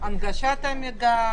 הנגשת המידע,